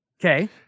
Okay